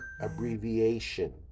abbreviation